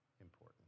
important